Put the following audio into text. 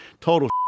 Total